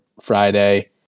Friday